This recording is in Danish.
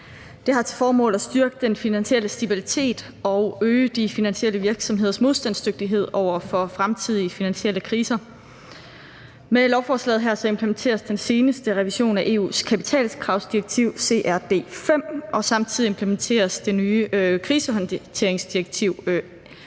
Det har til formål at styrke den finansielle stabilitet og øge de finansielle virksomheders modstandsdygtighed over for fremtidige finansielle kriser. Med lovforslaget her implementeres den seneste revision af EU's kapitalkravsdirektiv, CRD V, og samtidig implementeres det nye krisehåndteringsdirektiv, BRRD